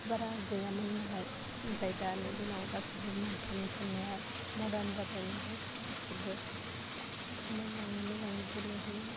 बारा गैयामोन नालाय ओमफाय दानि दिनाव गासिबो बिमा बिफानि सान्नाया मर्दान जाबाय नालाय गासिबो मोजाङै मोजां गेलेहोयो